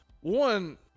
one